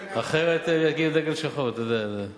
אחרת הם יגידו "דגל שחור", אתה יודע את זה.